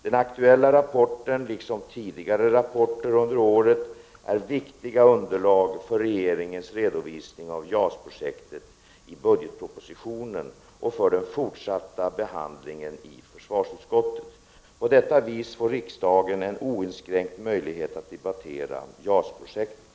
Den aktuella rapporten liksom tidigare rapporter under året är viktiga underlag för regeringens redovisning av JAS-projektet i budgetpropositionen och för den fortsatta behandlingen i försvarsutskottet. På detta vis får riksdagen en oinskränkt möjlighet att debattera JAS-projektet.